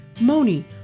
Moni